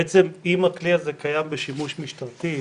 בעצם אם הכלי הזה קיים בשימוש משטרתי,